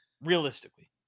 Realistically